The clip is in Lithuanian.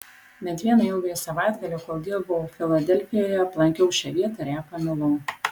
bet vieną ilgąjį savaitgalį kol dirbau filadelfijoje aplankiau šią vietą ir ją pamilau